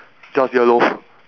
just YOLO